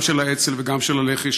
גם של האצ"ל וגם של הלח"י,